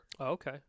okay